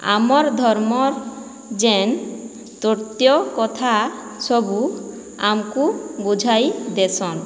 ଆମର୍ ଧର୍ମର୍ ଯେନ୍ ତତ୍ୟ କଥା ସବୁ ଆମ୍କୁ ବୁଝାଇ ଦେସନ୍